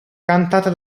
cantata